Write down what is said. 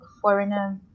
foreigner